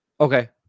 Okay